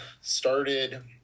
Started